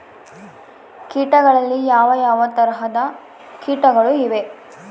ಕೇಟಗಳಲ್ಲಿ ಯಾವ ಯಾವ ತರಹದ ಕೇಟಗಳು ಇವೆ?